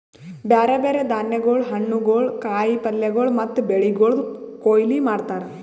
ಬ್ಯಾರೆ ಬ್ಯಾರೆ ಧಾನ್ಯಗೊಳ್, ಹಣ್ಣುಗೊಳ್, ಕಾಯಿ ಪಲ್ಯಗೊಳ್ ಮತ್ತ ಬೆಳಿಗೊಳ್ದು ಕೊಯ್ಲಿ ಮಾಡ್ತಾರ್